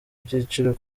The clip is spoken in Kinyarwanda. byiciro